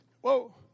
Whoa